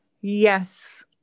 Yes